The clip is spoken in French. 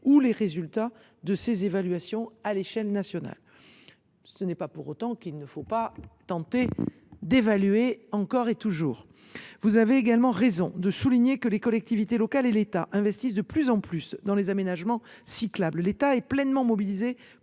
ou les résultats de ces évaluations à l’échelle nationale ; mais il faut s’efforcer d’évaluer encore et toujours ! Vous avez également raison de souligner que les collectivités territoriales et l’État investissent de plus en plus dans les aménagements cyclables. L’État est pleinement mobilisé